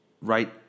right